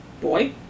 Boy